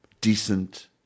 decent